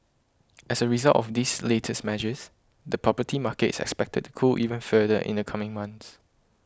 as a result of these latest measures the property market is expected to cool even further in the coming months